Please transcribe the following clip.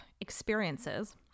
experiences